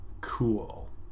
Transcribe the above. Cool